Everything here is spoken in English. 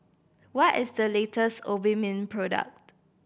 what is the latest Obimin product